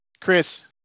Chris